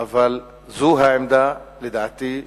זו העמדה, לדעתי,